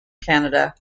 canada